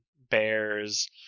bears